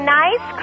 nice